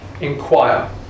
inquire